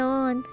on